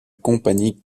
compagnie